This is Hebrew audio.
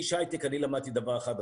כאיש הייטק אני למדתי דבר אחד,